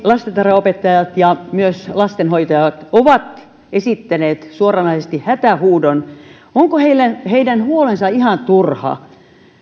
lastentarhanopettajat ja myös lastenhoitajat ovat esittäneet suoranaisesti hätähuudon onko heidän huolensa ihan turha